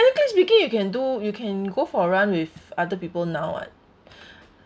technically speaking you can do you can go for run with other people now [what]